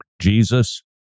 Jesus